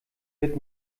wird